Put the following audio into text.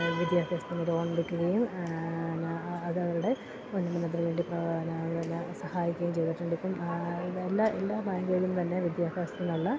വിദ്യാഭ്യാസത്തിന് ലോൺ എടുക്കുകയും അതവരുടെ ഉന്നമനത്തിന് വേണ്ടി എന്നാ സഹായിക്കുകയും ചെയ്തിട്ടുണ്ടിപ്പം എല്ലാ എല്ലാ ബാങ്കുകളും തന്നെ വിദ്യാഭ്യാസത്തിനുള്ള